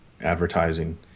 advertising